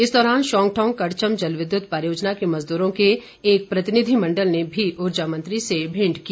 इस दौरान शौंगठौंग कड़छम जलविद्युत परियोजना के मजदूरों के एक प्रतिनिधिमण्डल ने भी उर्जा मंत्री से भेंट की